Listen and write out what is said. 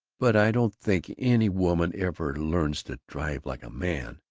but i don't think any woman ever learns to drive like a man.